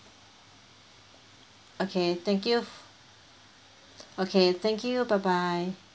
okay thank you okay thank you bye bye